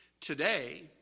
Today